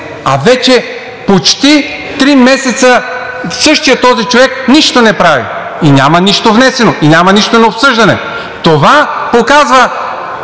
а вече почти три месеца същият този човек нищо не прави и няма нищо внесено, и няма нищо на обсъждане. Това показва